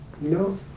No